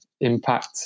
impact